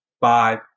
Five